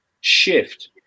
shift